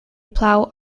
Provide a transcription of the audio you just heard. plough